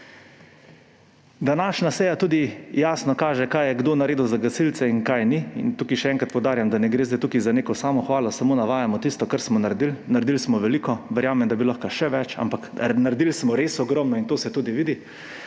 Današnja seja tudi jasno kaže, kaj je kdo naredil za gasilce in česa ni. Tukaj še enkrat poudarjam, da ne gre zdaj za neko samohvalo, samo navajamo tisto, kar smo naredili. Naredili smo veliko. Verjamem, da bi lahko še več, ampak naredili smo res ogromno in to se tudi vidi.